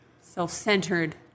Self-centered